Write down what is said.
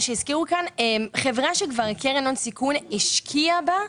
חברה שקרן הון סיכון השקיעה בה,